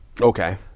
okay